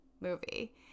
movie